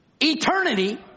eternity